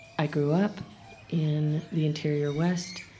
i grew up in the interior west,